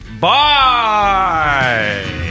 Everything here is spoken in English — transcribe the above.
Bye